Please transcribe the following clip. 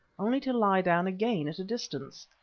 only to lie down again at a distance.